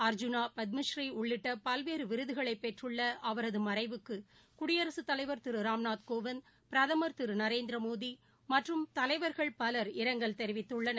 அர்ஜுனா பத்ம ஸ்ரீ உள்ளிட்டபல்வேறுவிருதுகளைபெற்றுள்ளஅவரதுமறைவுக்குகுடியரசு தலைவர் திருராம்நாத் கோவிந்த் பிரதமா் திருநரேந்திரமோடிமற்றும் தலைவர்கள் பலர் இரங்கல் தொவித்துள்ளனர்